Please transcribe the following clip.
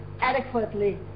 adequately